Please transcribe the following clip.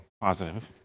Positive